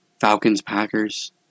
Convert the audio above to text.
Falcons-Packers